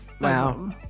Wow